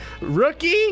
Rookie